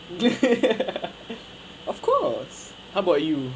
of course how about you